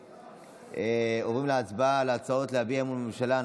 אנחנו עוברים כעת להצבעה על הצעות להביע אי-אמון בממשלה.